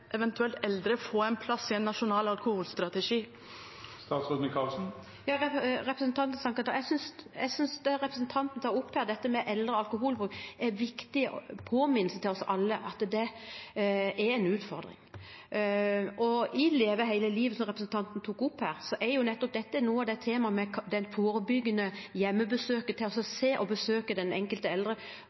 kommer eldre eventuelt til få en plass i en nasjonal alkoholstrategi? Jeg synes det representanten tar opp her, eldre og alkoholbruk, er en viktig påminnelse til oss alle om at det er en utfordring. I «Leve hele livet» – som representanten tok opp her – er nettopp dette noe av temaet i det forebyggende hjemmebesøket for å se og besøke den enkelte eldre: